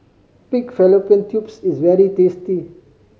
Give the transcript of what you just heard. pig fallopian tubes is very tasty